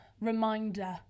reminder